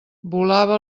volava